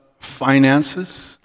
finances